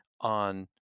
on